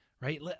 Right